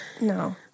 no